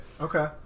Okay